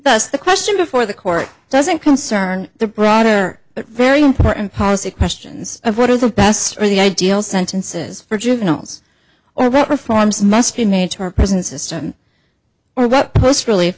thus the question before the court doesn't concern the broader very important policy questions of what is the best or the ideal sentences for juveniles or what reforms must be made to her present system or what post really